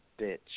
bitch